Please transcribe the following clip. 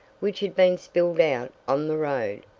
which had been spilled out on the road.